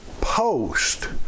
post